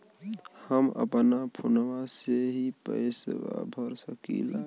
हम अपना फोनवा से ही पेसवा भर सकी ला?